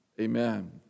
amen